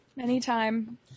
Anytime